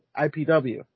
IPW